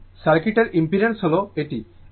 অতএব সার্কিটের ইমপেডেন্স হল এটি